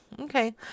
Okay